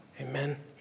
Amen